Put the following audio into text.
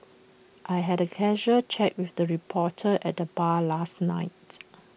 I had A casual chat with the reporter at the bar last night